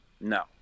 No